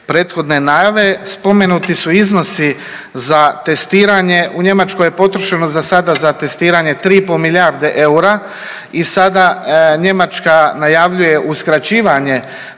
prethodne najave. Spomenuti su iznosi za testiranje. U Njemačkoj je potrošeno za sada za testirano 3,5 milijarde eura i sada Njemačka najavljuje uskraćivanje